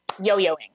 yo-yoing